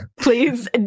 Please